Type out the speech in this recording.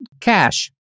cash